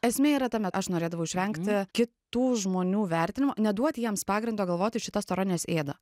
esmė yra tame aš norėdavau išvengti kitų žmonių vertinimo neduoti jiems pagrindo galvoti šita stora nes ėda